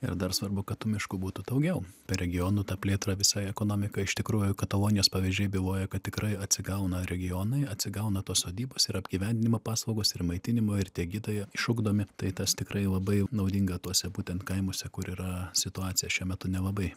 ir dar svarbu kad tų miškų būtų daugiau per regionų plėtrą visa ekonomika iš tikrųjų katalonijos pavyzdžiai byloja kad tikrai atsigauna regionai atsigauna tos sodybos ir apgyvendinimo paslaugos ir maitinimo ir tie gidai išugdomi tai tas tikrai labai naudinga tuose būtent kaimuose kur yra situacija šiuo metu nelabai